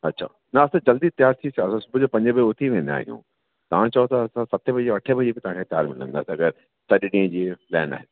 अच्छा न असां जल्दी त्यार थी सुबुह जो पंज बजे उथी वेंदा आहियूं तां चओ त असां सते बजे अठे बजे त हलू तव्हांखे अगरि सॼे ॾींहं जी प्लेन आहे